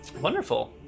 Wonderful